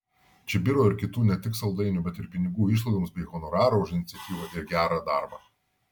čibiro ir kitų ne tik saldainių bet ir pinigų išlaidoms bei honorarą už iniciatyvą ir gerą darbą